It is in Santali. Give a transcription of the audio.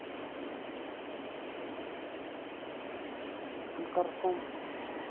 ᱚᱱᱠᱟ ᱨᱚᱠᱚᱢ